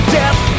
death